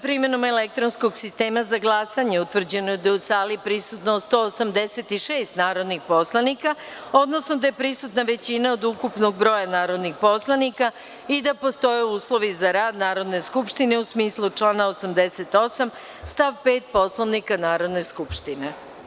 primenom elektronskog sistema za glasanje, utvrđeno da je u sali prisutno 186 narodnih poslanika, odnosno da je prisutna većina od ukupnog broja narodnih poslanika i da postoje uslovi za rad Narodne skupštine, u smislu člana 88. stav 5. Poslovnika Narodne skupštine.